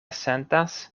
sentas